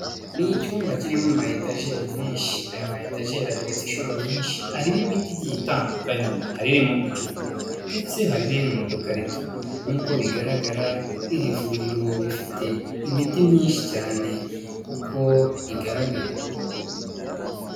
Ni icyumba kirimo ama etajeri menshi, aya ma etajeri ageretse inshuro nyinshi. Arimo imiti igiye itandukanye, hari iri mu ducupa ndetse hari n'iri mu dukarito. Nk'uko bigaragara iri vuriro rifite imiti myinshi cyane kuko igaragara.